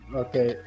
okay